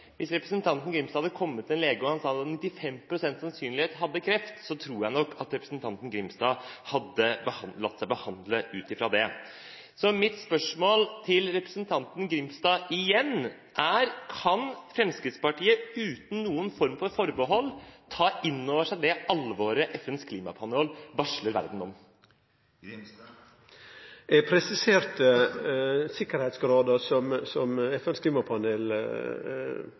Hvis representanten Grimstad hadde kommet til en lege som sa at han med 95 pst. sannsynlighet hadde kreft, tror jeg nok at representanten Grimstad hadde latt seg behandle ut fra det. Igjen er mitt spørsmål til representanten Grimstad: Kan Fremskrittspartiet uten noe forbehold ta inn over seg det alvoret FNs klimapanel varsler verden om? Eg presiserte sikkerheitsgrader frå FNs klimapanel